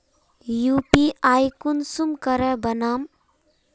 UPI कुंसम करे बनाम?